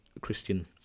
Christian